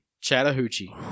Chattahoochee